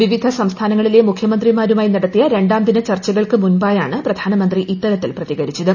വിവിധ സംസ്ഥാനങ്ങളിലെ മുഖ്യമന്ത്രിമാരുമായി നടത്തിയ രണ്ടാം ദിന ചർച്ചകൾക്ക് മുൻപായാണ് പ്രധാനമന്ത്രി ഇത്തര ത്തിൽ പ്രതികരിച്ചത്